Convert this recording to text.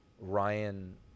Ryan